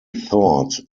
thought